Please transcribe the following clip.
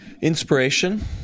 inspiration